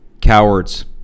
Cowards